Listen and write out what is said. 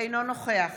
אינו נוכח